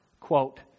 Quote